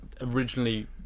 originally